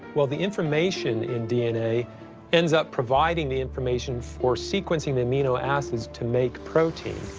well, the information in dna ends up providing the information for sequencing the amino acids to make protein.